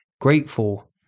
grateful